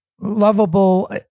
lovable